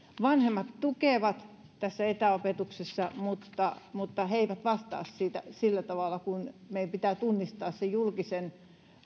vanhemmat tukevat tässä etäopetuksessa mutta mutta he eivät sillä tavalla vastaa siitä meidän pitää tunnistaa se julkisen